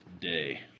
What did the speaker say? day